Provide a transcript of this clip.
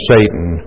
Satan